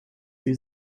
sie